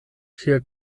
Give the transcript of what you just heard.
ŝia